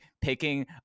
picking